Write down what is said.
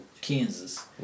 Kansas